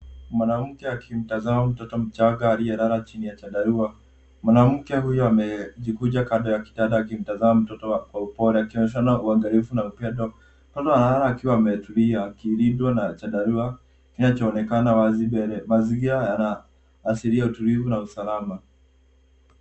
Mwanamke akimtazama mtoto mchanga aliyelala chini ya chandarua. Mwanamke huyo amejikunja kando ya kitanda akimtazama mtoto kwa upole akionyeshana uangalifu na upendo. Mtoto analala akiwa ametulia akilindwa na chandarau kinachoonekana wazi mbele. Mazingira yana asili ya utulivu na usalama.